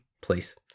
please